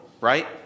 right